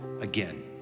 again